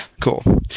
Cool